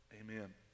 Amen